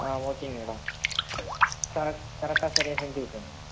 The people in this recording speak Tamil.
ஆ ஓகே மேடம் கரெ கரெக்டாக சரியாக செஞ்சு கொடுத்துடுங்க